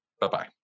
Bye-bye